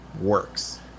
works